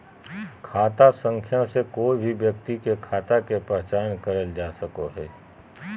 खाता संख्या से कोय भी व्यक्ति के खाता के पहचान करल जा सको हय